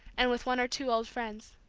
and with one or two old friends.